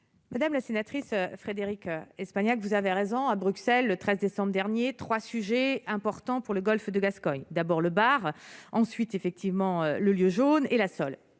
Madame la sénatrice Frédérique Espagnac, vous avez raison, à Bruxelles, le 13 décembre dernier 3 sujets importants pour le Golfe de Gascogne : d'abord le bar ensuite effectivement le lieu jaune et la seule